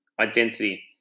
identity